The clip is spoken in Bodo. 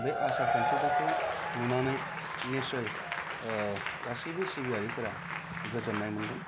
बे आसारखान्थिफोरखौ नुनानै निस्सय गासैबो सिबियारिफोरा गोजोन्नाय मोनगोन